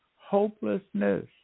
hopelessness